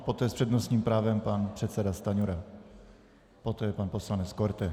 Poté s přednostním právem pan předseda Stanjura, poté pan poslanec Korte.